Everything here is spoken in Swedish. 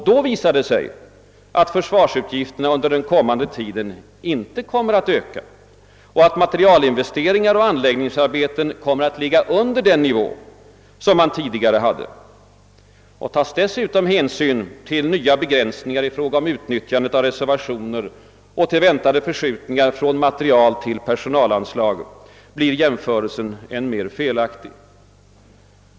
Då visar det sig att försvarsutgifterna under den kommande tiden inte kommer att öka och att materielinvesteringar och anläggningsarbeten kommer att ligga under den nivå som de tidigare hade. Tas dessutom hänsyn till nya begränsningar i fråga om utnyttjandet av reservationer och till väntade förskjutningar från materieltill personalanslag, blir jämförelsen än mer felaktig.